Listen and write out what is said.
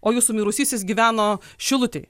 o jūsų mirusysis gyveno šilutėj